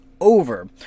over